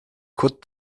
could